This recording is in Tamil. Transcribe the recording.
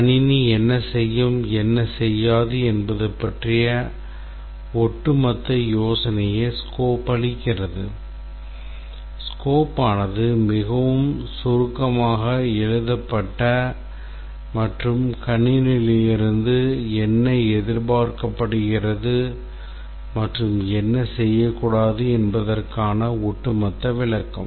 கணினி என்ன செய்யும் என்ன செய்யாது என்பது பற்றிய ஒட்டுமொத்த யோசனையை scope அளிக்கிறது scope ஆனது மிகவும் சுருக்கமாக எழுதப்பட்ட மற்றும் கணினியிலிருந்து என்ன எதிர்பார்க்கப்படுகிறது மற்றும் என்ன செய்யக்கூடாது என்பதற்கான ஒட்டுமொத்த விளக்கம்